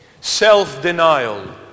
Self-denial